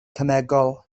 cemegol